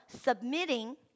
submitting